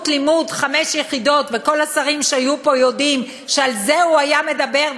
לימוד חמש יחידות וכל השרים שהיו פה יודעים שעל זה הוא היה מדבר,